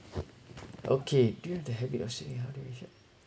okay do you have the habit of saving how do you